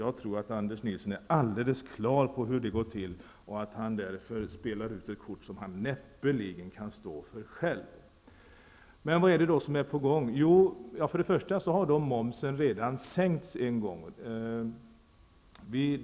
Jag tror att Anders Nilsson är helt på det klara med hur det går till och att han därför spelar ut ett kort som han näppeligen kan stå för själv. Men vad är det då som är på gång?